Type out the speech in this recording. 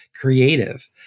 creative